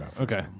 Okay